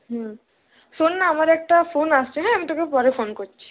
শোন না আমার একটা ফোন আসছে হ্যাঁ আমি তোকে পরে ফোন করছি